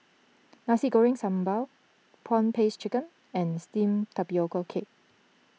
Nasi Goreng Sambal Prawn Paste Chicken and Steamed Tapioca Cake